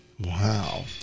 Wow